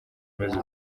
umeze